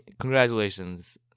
congratulations